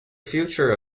future